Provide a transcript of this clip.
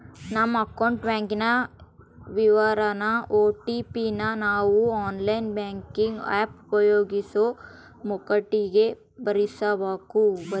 ನಮ್ಮ ಅಕೌಂಟ್ ಬ್ಯಾಂಕಿನ ವಿವರಾನ ಓ.ಟಿ.ಪಿ ನ ನಾವು ಆನ್ಲೈನ್ ಬ್ಯಾಂಕಿಂಗ್ ಆಪ್ ಉಪಯೋಗಿಸೋ ಮುಂಕಟಿಗೆ ಭರಿಸಬಕು